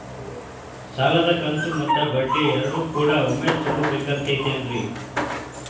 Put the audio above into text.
ಸಾಲದ ಕಂತು ಮತ್ತ ಬಡ್ಡಿ ಎರಡು ಕೂಡ ಒಮ್ಮೆ ತುಂಬ ಬೇಕಾಗ್ ತೈತೇನ್ರಿ?